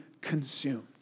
consumed